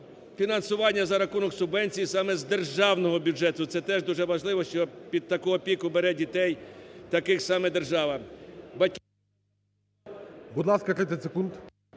фінансування за рахунок субвенцій саме з державного бюджету – це теж дуже важливо, що під таку опіку бере дітей таких саме держава. ГОЛОВУЮЧИЙ. Будь ласка, 30 секунд.